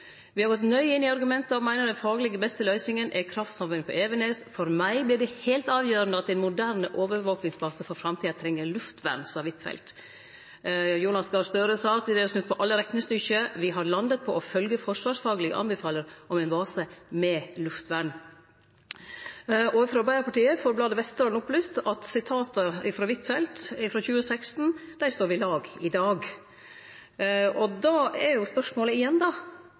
har gått nøye inn i argumentene, og mener den faglig beste løsningen er kraftsamling på Evenes. For meg ble det helt avgjørende at en moderne overvåkingsbase for framtida trenger luftvern,» sa Huitfeldt. Jonas Gahr Støre sa at dei hadde snudd på alle reknestykke og sa: «Vi har landet på å følge forsvarsfaglige anbefalinger om en base med luftvern.» Frå Arbeidarpartiet får bladet Vesterålen opplyst at sitata frå Huitfeldt, frå 2016, står ved lag i dag. Då er spørsmålet igjen: